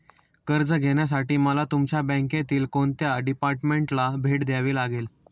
कर्ज घेण्यासाठी मला तुमच्या बँकेतील कोणत्या डिपार्टमेंटला भेट द्यावी लागेल?